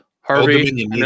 Harvey